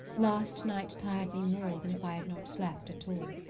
last night tired me more than if i had not slept at all.